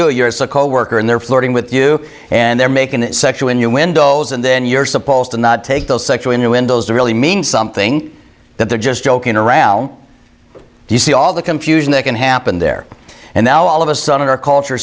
a coworker and they're flirting with you and they're making sexual innuendos and then you're supposed to not take those sexual innuendoes to really mean something that they're just joking around you see all the confusion that can happen there and now all of a sudden our culture